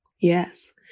Yes